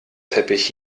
teppich